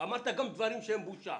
אמרת גם דברים שהם בושה,